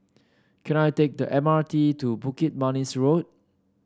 can I take the M R T to Bukit Manis Road